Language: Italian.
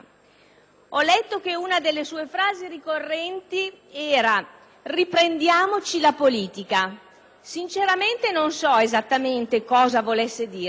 Ho letto che una delle sue frasi ricorrenti era: "Riprendiamoci la politica". Sinceramente non so esattamente cosa volesse dire.